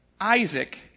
Isaac